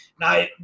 Now